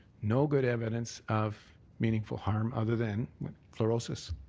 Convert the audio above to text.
no good evidence of meaningful harm other than fluorisis.